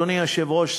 אדוני היושב-ראש,